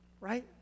Right